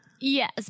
Yes